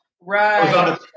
Right